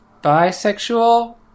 bisexual